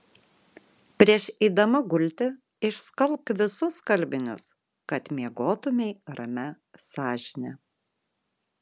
prieš eidama gulti išskalbk visus skalbinius kad miegotumei ramia sąžine